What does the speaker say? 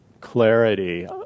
clarity